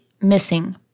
missing